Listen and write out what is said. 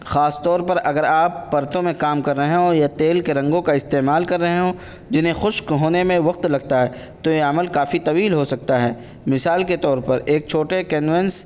خاص طور پر اگر آپ پرتوں میں کام کر رہے ہوں یا تیل کے رنگوں کا استعمال کر رہے ہوں جنہیں خشک ہونے میں وقت لگتا ہے تو یہ عمل کافی طویل ہو سکتا ہیں مثال کے طور پر ایک چھوٹے کینونس